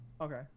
Okay